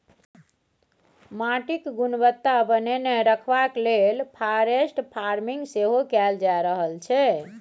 माटिक गुणवत्ता बनेने रखबाक लेल फॉरेस्ट फार्मिंग सेहो कएल जा रहल छै